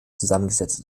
zusammengesetzt